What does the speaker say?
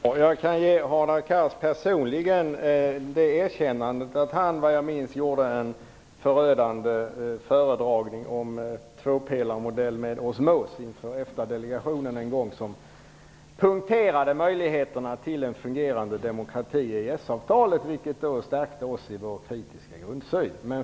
Herr talman! Jag kan ge Hadar Cars personligen det erkännandet att han en gång inför EFTA delegationen, så vitt jag minns, gjorde en förödande föredragning om en tvåpelarmodell med osmos, som punkterade möjligheterna till en fungerande demokrati med EES-avtalet, vilket stärkte oss i vår kritiska grundsyn.